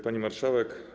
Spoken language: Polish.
Pani Marszałek!